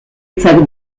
hitzak